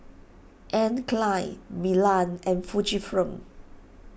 Anne Klein Milan and Fujifilm